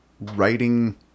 writing